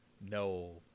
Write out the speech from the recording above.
No